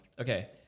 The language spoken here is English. Okay